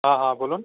হ্যাঁ হ্যাঁ বলুন